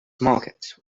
markets